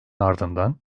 ardından